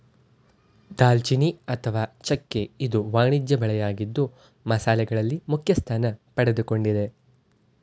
ದಾಲ್ಚಿನ್ನಿ ಅಥವಾ ಚೆಕ್ಕೆ ಇದು ವಾಣಿಜ್ಯ ಬೆಳೆಯಾಗಿದ್ದು ಮಸಾಲೆಗಳಲ್ಲಿ ಮುಖ್ಯಸ್ಥಾನ ಪಡೆದುಕೊಂಡಿದೆ